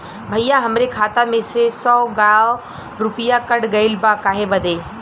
भईया हमरे खाता मे से सौ गो रूपया कट गइल बा काहे बदे?